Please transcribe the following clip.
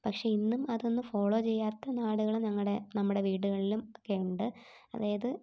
പക്ഷേ ഇന്നും അതൊന്നും ഫോളോ ചെയ്യാത്ത നാടുകളും നമ്മുടെ നമ്മുടെ വീടുകളിലും ഒക്കെയുണ്ട് അതായത്